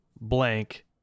blank